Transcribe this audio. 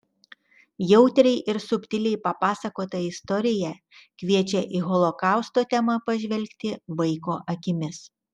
jautriai ir subtiliai papasakota istorija kviečia į holokausto temą pažvelgti vaiko akimis